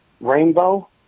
Rainbow